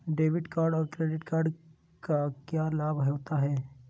Debit card और credit card क्या लाभ होता है?